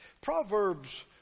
Proverbs